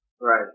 Right